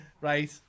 Right